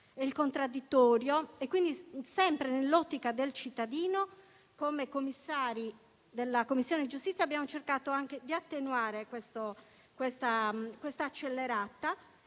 e il contraddittorio. Sempre nell'ottica del cittadino, come membri della Commissione giustizia abbiamo cercato anche di attenuare questa accelerazione